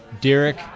Derek